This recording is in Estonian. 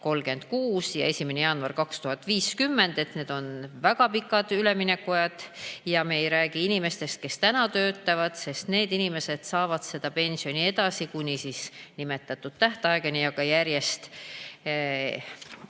ja 1. jaanuar 2050, need on väga pikad üleminekuajad ja me ei räägi inimestest, kes praegu töötavad, sest need inimesed saavad seda pensioni edasi kuni nimetatud tähtajani. Need